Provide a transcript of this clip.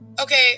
okay